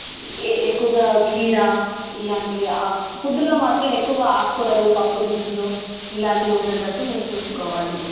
ఎక్కువగా కీర ఇలాంటివి ఫుడ్లో మాత్రం ఎక్కువగా ఆకుకూరలు పప్పు దినుసులు ఇలాంటివి ఉండేటట్టు మీరు చూసుకోవాలి